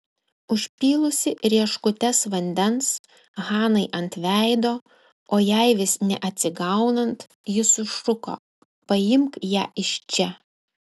užpylusi rieškutes vandens hanai ant veido o jai vis neatsigaunant ji sušuko paimk ją iš čia